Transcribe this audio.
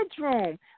bedroom